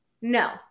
No